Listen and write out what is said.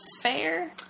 fair